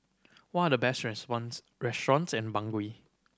what the best restaurants and Bangui